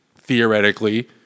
theoretically